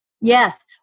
yes